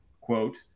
quote